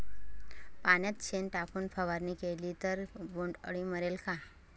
पाण्यात शेण टाकून फवारणी केली तर बोंडअळी मरेल का?